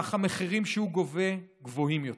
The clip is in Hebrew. כך המחירים שהוא גובה גבוהים יותר.